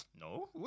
no